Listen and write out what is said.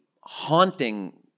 haunting